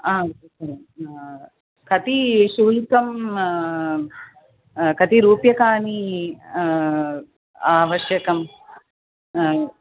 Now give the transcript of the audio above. आं कतिशुल्कं कति रूप्यकाणि आवश्यकम्